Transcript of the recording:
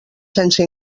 sense